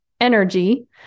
energy